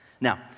Now